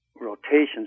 rotations